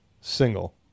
single